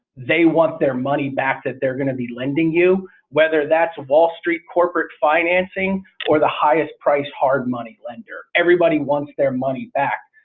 they want their money back that they're going to be lending you whether that's wall street corporate financing or the highest price hard money lender. everybody wants their money back.